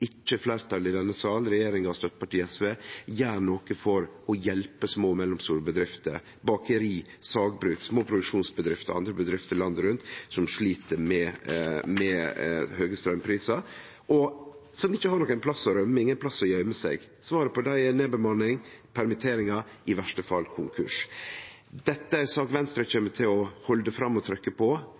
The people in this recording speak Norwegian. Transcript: ikkje fleirtalet i denne salen, regjeringspartia og støttepartiet SV, gjere noko for å hjelpe små og mellomstore bedrifter: bakeri, sagbruk, små produksjonsbedrifter og andre bedrifter landet rundt som slit med høge straumprisar, og som ikkje har nokon plass å rømme, ingen plass å gøyme seg. Svaret for dei er nedbemanning, permitteringar, i verste fall konkurs. Dette er ei sak Venstre kjem til å halde fram å leggje trykk på.